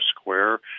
Square